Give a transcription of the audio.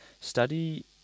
study